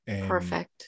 Perfect